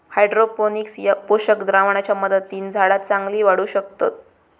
hydroponics ह्या पोषक द्रावणाच्या मदतीन झाडा चांगली वाढू शकतत